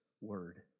Word